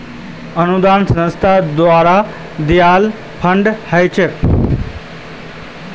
अनुदान संस्था द्वारे दियाल फण्ड ह छेक